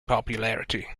popularity